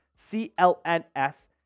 CLNS